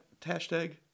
hashtag